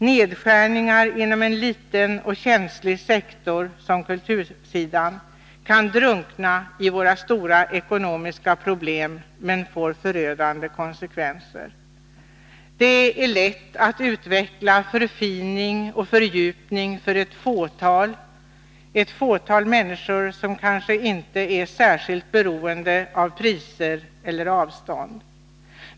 Nedskärningar inom en liten och känslig sektor som kultursidan kan drunkna i våra stora ekonomiska problem men får förödande konsekvenser. Det är lätt att utveckla förfining och fördjupning för ett fåtal människor, som dessutom kanske inte är särskilt beroende av priser eller avstånd.